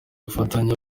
gufatanya